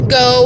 go